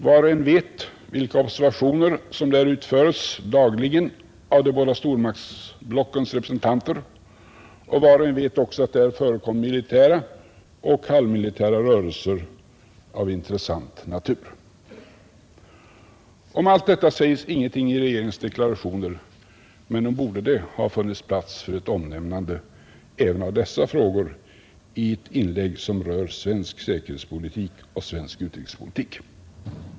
Var och en vet vilka observationer som där utföres dagligen av de båda stormaktsblockens representanter, och var och en vet också, att där förekommer militära och halvmilitära rörelser av intressant natur. Om allt detta sägs ingenting i regeringens deklarationer, men nog borde det ha funnits plats för ett omnämnande även av dessa frågor i ett inlägg som rör svensk säkerhetspolitik och svensk utrikespolitik.